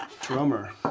drummer